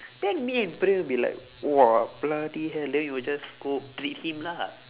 then me and praem will be like !wah! bloody hell then we will just go treat him lah